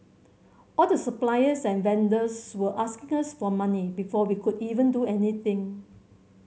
all the suppliers and vendors were asking us for money before we could even do anything